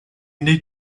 need